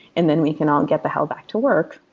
and then we can all get the hell back to work.